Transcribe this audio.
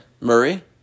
Murray